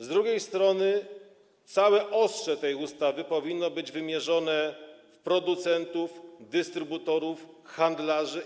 Z drugiej strony całe ostrze tej ustawy powinno być wymierzone w producentów, dystrybutorów, handlarzy.